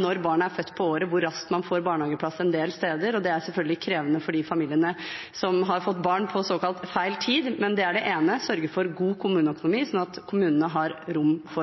del steder at hvor raskt man får barnehageplass er veldig avhengig av når på året barnet er født, og det er selvfølgelig krevende for de familiene som har fått barn på såkalt feil tid. Men det er det ene, å sørge for god kommuneøkonomi slik at kommunene har rom for